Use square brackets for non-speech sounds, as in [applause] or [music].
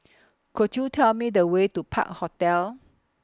[noise] Could YOU Tell Me The Way to Park Hotel